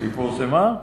היא פורסמה?